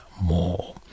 more